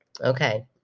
Okay